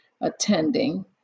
attending